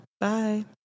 Bye